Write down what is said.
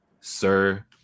Sir